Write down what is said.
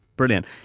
Brilliant